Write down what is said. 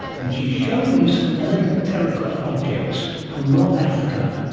and she's showing me some elegant terracotta objects from north africa.